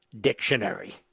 dictionary